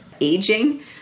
aging